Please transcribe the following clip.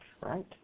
Right